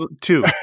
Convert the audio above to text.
two